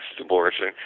abortion